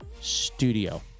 studio